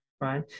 right